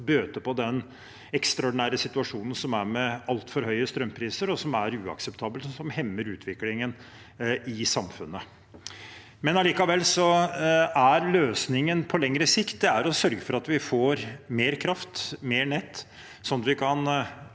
å bøte på den ekstraordinære situasjonen som er med altfor høye strømpriser, som er uakseptabel, og som hemmer utviklingen i samfunnet. Likevel er løsningen på lengre sikt å sørge for at vi får mer kraft, mer nett, slik at vi kan